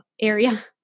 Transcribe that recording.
area